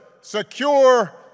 secure